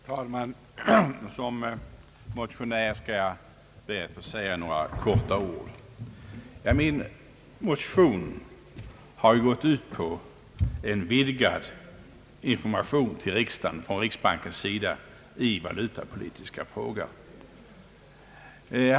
Herr talman! Som motionär skall jag be att få säga några få ord. Min motion går ut på att vidgad information bör ges till riksdagen från riksbankens sida i valutapolitiska frågor.